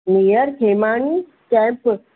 near Khemani camp